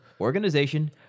organization